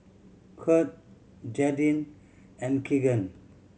Kurt Jadyn and Keagan